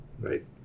right